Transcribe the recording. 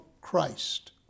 Christ